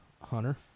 Hunter